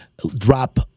drop